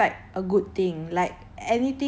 in my head when I hear buy one get one free